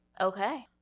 Okay